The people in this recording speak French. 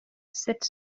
sept